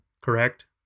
correct